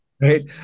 right